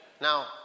now